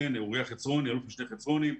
אלוף משנה אוריה חצרוני,